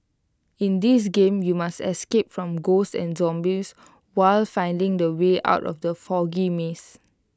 in this game you must escape from ghosts and zombies while finding the way out of the foggy maze